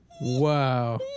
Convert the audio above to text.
wow